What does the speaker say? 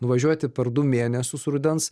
nuvažiuoti per du mėnesius rudens